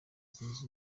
zunze